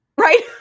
right